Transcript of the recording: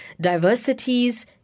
diversities